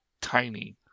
tiny